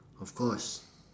of course